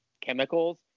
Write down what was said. chemicals